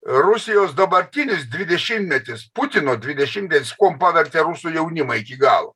rusijos dabartinis dvidešimtmetis putino dvidešimtmetis kuom pavertė rusų jaunimą iki galo